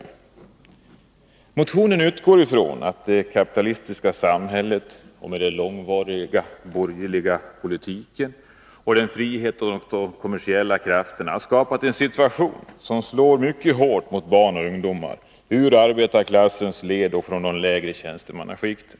I motionen utgår vi ifrån att det kapitalistiska samhället — med den långvariga borgerliga politiken och dess frihet för de kommersiella krafterna — har skapat en situation som slår mycket hårt mot barn och ungdomar inom arbetarklassen och de lägre tjänstemannaskikten.